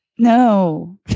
No